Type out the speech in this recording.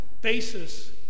basis